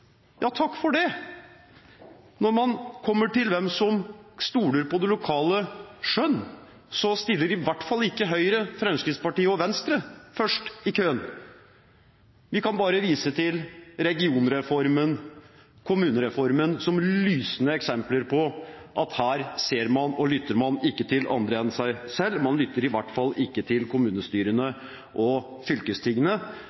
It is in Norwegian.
Ja, takk for det! Når det gjelder hvem som stoler på det lokale skjønn, stiller i hvert fall ikke Høyre, Fremskrittspartiet og Venstre først i køen. Vi kan bare vise til regionreformen og kommunereformen som lysende eksempler på at man ikke ser og lytter til andre enn seg selv. Man lytter i hvert fall ikke til